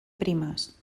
primes